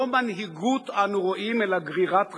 לא מנהיגות אנו רואים אלא גרירת רגליים.